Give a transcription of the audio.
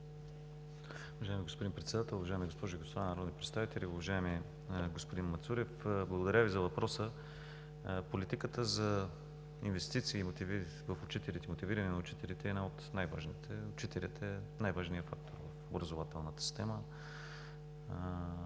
Уважаеми господин Председател, уважаеми госпожи и господа народни представители! Уважаеми господин Мацурев, благодаря Ви за въпроса. Политиката за инвестициите в мотивиране на учителите е една от най-важните. Учителят е най-важният фактор в образователната система.